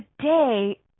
today